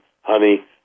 honey